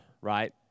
right